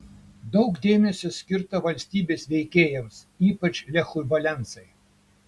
daug dėmesio skirta valstybės veikėjams ypač lechui valensai